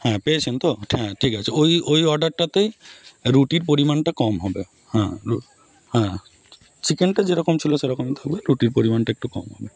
হ্যাঁ পেয়েছেন তো হ্যাঁ ঠিক আছে ওই ওই অর্ডারটাতেই রুটির পরিমাণটা কম হবে হ্যাঁ রু হ্যাঁ চিকেনটা যেরকম ছিলো সেরকমই থাকবে রুটির পরিমাণটা একটু কম হবে